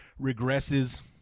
regresses